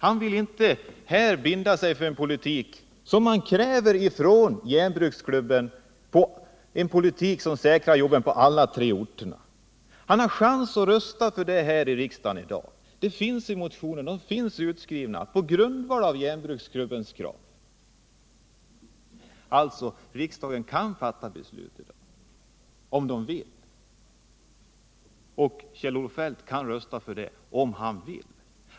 Han vill inte här binda sig för den politik som järnbruksklubben kräver, en politik som säkrar jobben på alla tre orterna. Han har en chans att rösta på det förslaget här i riksdagen i dag. Det finns en motion baserad på järnbruksklubbens krav. Riksdagen kan alltså fatta beslut i dag om den vill. Kjell-Olof Feldt kan rösta för detta förslag om han vill.